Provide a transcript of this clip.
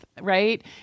right